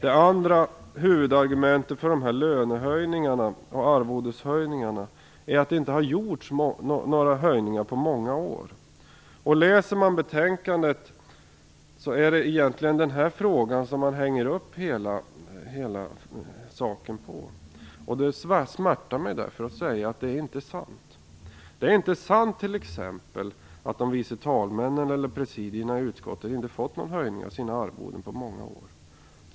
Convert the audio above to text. Ett annat argument för de här lönehöjningarna och arvodeshöjningarna är att det inte har gjorts några höjningar på många år. Läser man betänkandet ser man att det är den här frågan som man hänger upp diskussionen på. Det smärtar mig därför att säga att det inte är sant. Det är t.ex. inte sant att de vice talmännen eller presidierna i utskotten inte fått någon höjning av sina arvoden på många år.